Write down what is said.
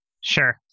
Sure